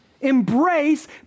embrace